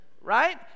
Right